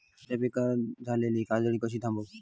गव्हाच्या पिकार इलीली काजळी कशी थांबव?